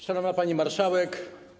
Szanowna Pani Marszałek!